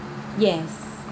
yes